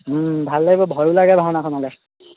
ভাল লাগিব ভয়ো লাগিব ভাওনাখনলৈ